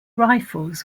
rifles